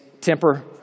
temper